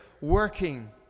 working